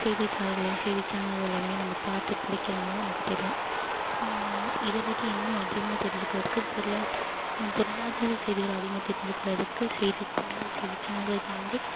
செய்தித்தாள்களைச் செய்திச் சேனல்களையுமே நம்ம பார்த்து படிக்கிறதுனால் நமக்கு தெரியும் இதை பற்றி இன்னும் அதிகமாக தெரிஞ்சிக்கிறதுக்குது பொருளாக பொருளாதார செய்திகளை அதிகமாக தெரிஞ்சுக்கிறதுக்கு செய்தித்தாள் செய்திச் சேனல்களைத் தாண்டி